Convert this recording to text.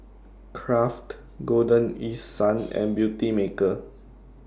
Kraft Golden East Sun and Beautymaker